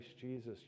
Jesus